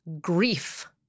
grief